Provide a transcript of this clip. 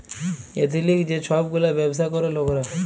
এথলিক যে ছব গুলা ব্যাবছা ক্যরে লকরা